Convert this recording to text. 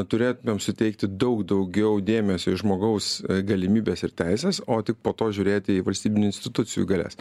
turėtumėm suteikti daug daugiau dėmesio į žmogaus galimybes ir teises o tik po to žiūrėti į valstybinių institucijų galias